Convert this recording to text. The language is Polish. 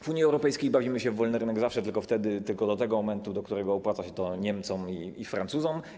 W Unii Europejskiej bawimy się w wolny rynek zawsze tylko wtedy, tylko do tego momentu, do którego opłaca się to Niemcom i Francuzom.